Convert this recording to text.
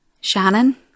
Shannon